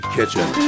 Kitchen